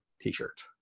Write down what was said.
t-shirt